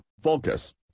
focus